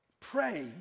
pray